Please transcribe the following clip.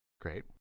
Great